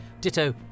ditto